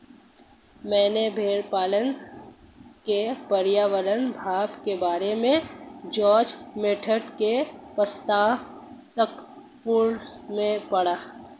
मैंने भेड़पालन के पर्यावरणीय प्रभाव के बारे में जॉर्ज मोनबियोट की पुस्तक फेरल में पढ़ा